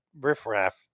riffraff